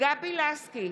גבי לסקי,